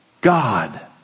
God